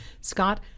Scott